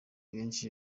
benshi